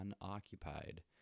unoccupied